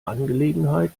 angelegenheit